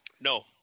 No